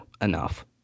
enough